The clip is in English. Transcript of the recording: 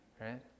right